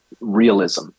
realism